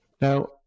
Now